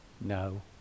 no